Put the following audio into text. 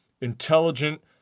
intelligent